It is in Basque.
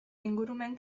ingurumen